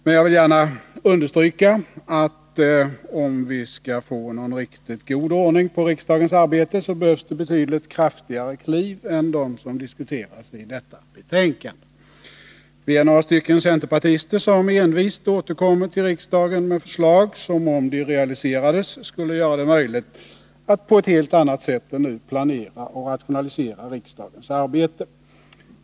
Men jag vill gärna understryka att om vi skall få någon riktigt god ordning på riksdagens arbete, så behövs det betydligt kraftigare kliv än de som diskuteras i detta betänkande. Vi är några centerpartister som envist återkommer till riksdagen med förslag som, om de realiserades, skulle göra det möjligt att på ett helt annat sätt än nu planera och rationalisera riksdagens arbete.